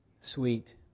sweet